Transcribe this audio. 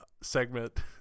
segment